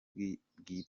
bwite